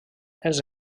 els